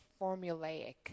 formulaic